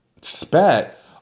spat